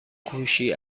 کوشی